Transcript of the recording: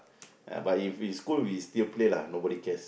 uh but if in school we still play lah nobody cares